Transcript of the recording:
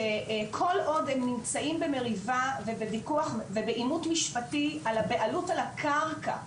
שכל עוד הם נמצאים במריבה ובעימות משפטי על הבעלות על הקרקע,